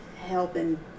helping